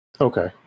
Okay